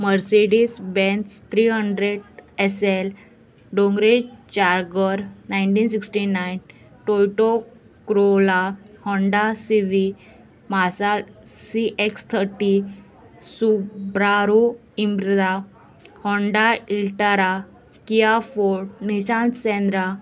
Mercedes Benz three hundred S L डोंगरे Charger nineteen sixty nine Toyota Corolla Honda Civic Mazda C X thirty Subaru Impreza Honda Elantra Kia Forte Nissan Shendra